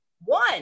One